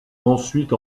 ensuite